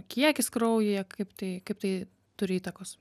kiekis kraujyje kaip tai kaip tai turi įtakos